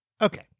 Okay